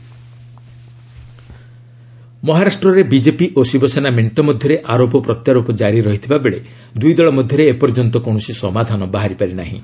ମହାରାଷ୍ଟ୍ର ପଲିଟିକ୍ନ ମହାରାଷ୍ଟ୍ରରେ ବିଜେପି ଓ ଶିବସେନା ମେଣ୍ଟ ମଧ୍ୟରେ ଆରୋପ ପ୍ରତ୍ୟାରୋପ ଜାରି ରହିଥିବାବେଳେ ଦୁଇ ଦଳ ମଧ୍ୟରେ ଏପର୍ଯ୍ୟନ୍ତ କୌଣସି ସମାଧାନ ବାହାରିପାରି ନାହିଁ